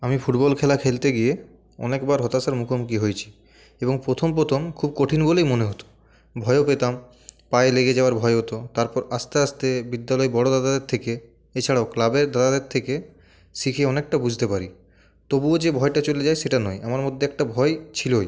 আমি ফুটবল খেলা খেলতে গিয়ে অনেকবার হতাশার মুখোমুখি হয়েছি এবং প্রথম প্রথম খুব কঠিন বলেই মনে হতো ভয়ও পেতাম পায়ে লেগে যাওয়ার ভয় হতো তারপর আস্তে আস্তে বিদ্যালয়ের বড়ো দাদাদের থেকে এছাড়াও ক্লাবের দাদাদের থেকে শিখে অনেকটা বুঝতে পারি তবুও যে ভয়টা চলে যায় সেটা নয় আমার মধ্যে একটা ভয় ছিলোই